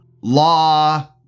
law